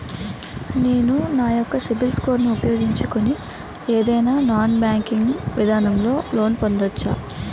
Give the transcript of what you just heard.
నేను నా యెక్క సిబిల్ స్కోర్ ను ఉపయోగించుకుని ఏదైనా నాన్ బ్యాంకింగ్ విధానం లొ లోన్ పొందవచ్చా?